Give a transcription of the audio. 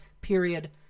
period